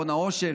הון העושר,